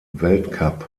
weltcup